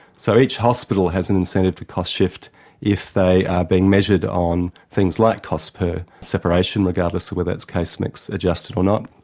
so each hospital has an incentive to cost-shift if they are being measured on things like cost per separation, regardless of whether that's case-mix adjusted or not.